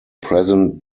present